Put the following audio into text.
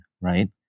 right